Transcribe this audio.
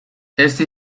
este